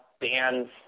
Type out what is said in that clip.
bands